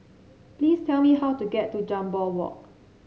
please tell me how to get to Jambol Walk